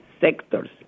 sectors